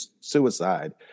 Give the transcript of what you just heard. suicide